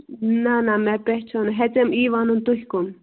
نہَ نہَ مےٚ پہچھان ہیٚژٮ۪م یِی وَنُن تُہۍ کٕم